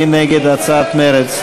מי נגד הצעת מרצ?